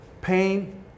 pain